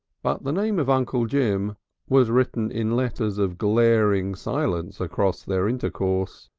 but the name of uncle jim was written in letters of glaring silence across their intercourse.